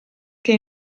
che